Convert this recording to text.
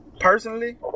Personally